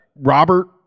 Robert